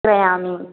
क्रयामि